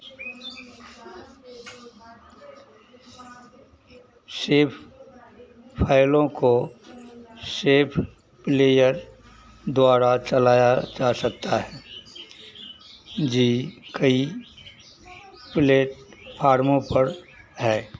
chef फाइलों को शेफ प्लेयर द्वारा चलाया जा सकता है जो कई प्लेटफार्मों पर है